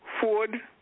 Ford